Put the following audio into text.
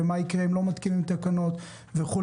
ומה יקרה אם לא מתקינים תקנות וכולי.